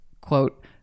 quote